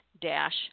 dash